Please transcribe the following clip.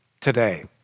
today